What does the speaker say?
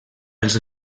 els